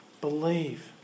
Believe